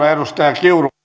arvoisa